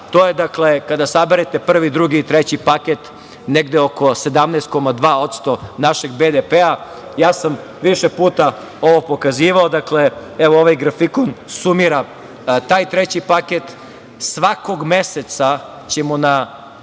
To je kada saberete prvi, drugi i treći paket negde oko 17,2% našeg BDP-a. Ja sam više puta ovo pokazivao. Evo, ovaj grafikon sumira taj treći paket. Svakog meseca ćemo na